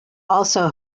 also